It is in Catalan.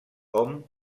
hom